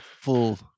full